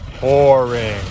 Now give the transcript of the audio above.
boring